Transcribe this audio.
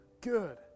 good